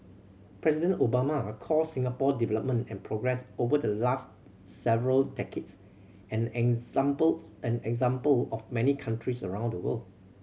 President Obama called Singapore development and progress over the last several decades an example an example of many countries around the world